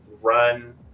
run